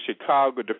Chicago